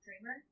dreamer